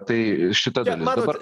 tai šita dalis dabar